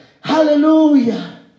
hallelujah